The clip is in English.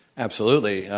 absolutely.